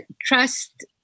trust